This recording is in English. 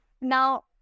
Now